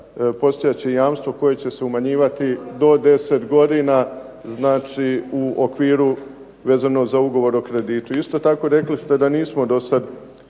postojat će jamstvo koje će se umanjivati do 10 godina znači u okviru vezano za ugovor o kreditu. Isto tako, rekli ste da nismo do sada